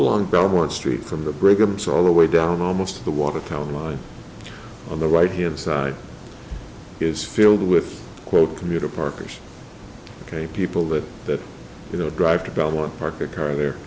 down one street from the brigham's all the way down almost to the watertown line on the right hand side is filled with quote commuter parkers ok people that that you know drive to belmont park a car there